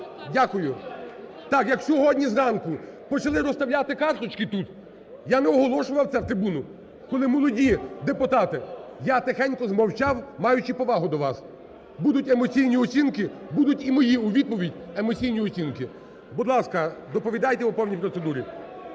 залі) Так, як сьогодні зранку почали розставляти карточки тут, я не оголошував це з трибуни, коли молоді депутати, я тихенько змовчав, маючи повагу до вас. Будуть емоційні оцінки, будуть і мої у відповідь емоційні оцінки. Будь ласка, доповідайте по повній процедурі.